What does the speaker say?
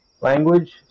language